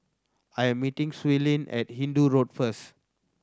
I am meeting Suellen at Hindoo Road first